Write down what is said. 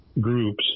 groups